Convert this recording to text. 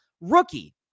rookie